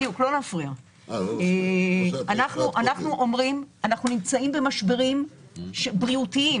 אנחנו נמצאים במשברים בריאותיים